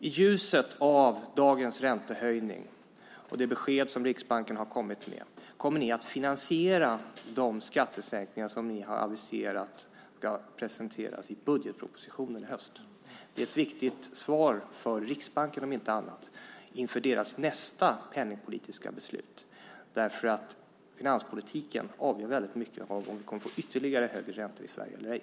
I ljuset av dagens räntehöjning och det besked som Riksbanken har kommit med, kommer ni att finansiera de skattesänkningar som ni har aviserat ska presenteras i budgetpropositionen i höst? Det är ett viktigt svar för Riksbanken om inte annat inför deras nästa penningpolitiska beslut. Finanspolitiken avgör väldligt mycket om vi kommer att få ytterligare högre räntor i Sverige eller ej.